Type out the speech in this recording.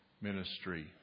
ministry